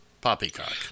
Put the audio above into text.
Poppycock